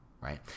right